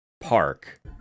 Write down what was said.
park